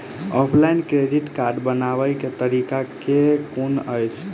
Offline credit card बनाबै केँ तरीका केँ कुन अछि?